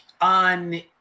on